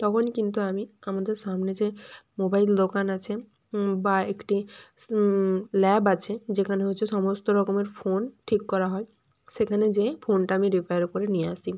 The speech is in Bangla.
তখন কিন্তু আমি আমাদের সামনে যে মোবাইল দোকান আছে বা একটি ল্যাব আছে যেখানে হচ্ছে সমস্ত রকমের ফোন ঠিক করা হয় সেখানে যেয়ে ফোনটা আমি রিপেয়ার করে নিয়ে আসি